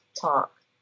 talk